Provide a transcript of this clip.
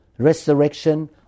Resurrection